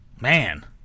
Man